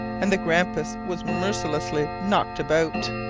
and the grampus was mercilessly knocked about.